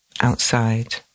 outside